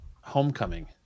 Homecoming